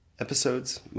episodes